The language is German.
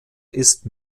ist